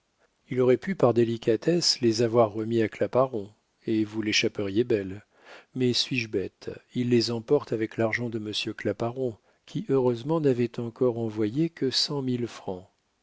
il aurait pu par délicatesse les avoir remis à claparon et vous l'échapperiez belle mais suis-je bête il les emporte avec l'argent de monsieur claparon qui heureusement n'avait encore envoyé que cent mille francs